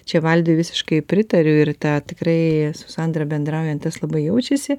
čia valdui visiškai pritariu ir tą tikrai su sandra bendraujant tas labai jaučiasi